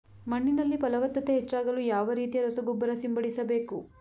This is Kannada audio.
ಮಣ್ಣಿನಲ್ಲಿ ಫಲವತ್ತತೆ ಹೆಚ್ಚಾಗಲು ಯಾವ ರೀತಿಯ ರಸಗೊಬ್ಬರ ಸಿಂಪಡಿಸಬೇಕು?